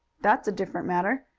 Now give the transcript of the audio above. that's a different matter.